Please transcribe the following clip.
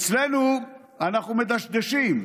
ואצלנו, אנחנו מדשדשים.